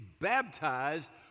baptized